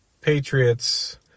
Patriots